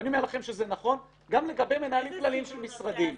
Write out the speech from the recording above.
ואני אומר לכם שזה נכון גם לגבי מנהלים כלליים של משרדים.